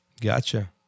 Gotcha